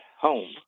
home